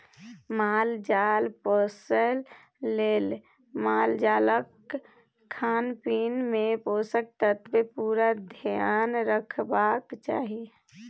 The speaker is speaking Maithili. माल जाल पोसय लेल मालजालक खानपीन मे पोषक तत्वक पुरा धेआन रखबाक चाही